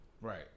Right